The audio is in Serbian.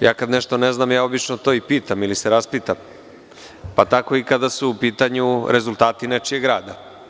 kada nešto ne znam, ja to obično i pitam ili se raspitam, pa tako i kada su u pitanju rezultati nečijeg rada.